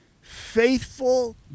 faithful